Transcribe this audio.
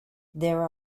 there